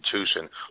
institution